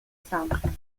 simple